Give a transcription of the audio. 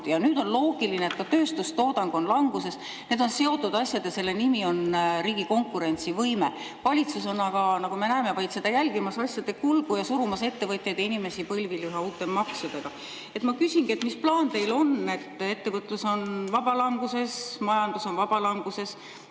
ja on loogiline, et nüüd ka tööstustoodang on languses. Need on seotud asjad ja selle nimi on riigi konkurentsivõime. Valitsus on aga, nagu me näeme, vaid jälgimas asjade kulgu ja surumas ettevõtjaid ja inimesi põlvili üha uute maksudega. Ma küsingi, mis plaan teil on. Ettevõtlus on vabalanguses, majandus on vabalanguses.